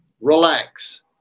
relax